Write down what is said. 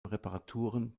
reparaturen